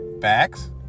Facts